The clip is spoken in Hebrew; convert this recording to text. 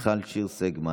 מיכל שיר סגמן,